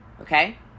okay